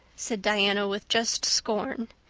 said diana with just scorn.